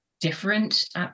different